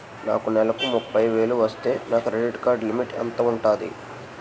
నాకు నెలకు ముప్పై వేలు వస్తే నా క్రెడిట్ కార్డ్ లిమిట్ ఎంత ఉంటాది?